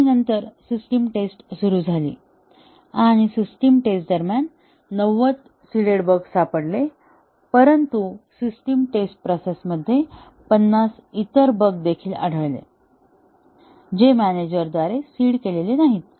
आणि नंतर system test सुरू झाली आणि सिस्टम टेस्ट दरम्यान 90 सीडेड बग सापडले परंतु सिस्टम टेस्ट प्रोसेस मध्ये 50 इतर बग देखील आढळले जे मॅनेजरद्वारे सीड केलेले नाहीत